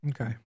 Okay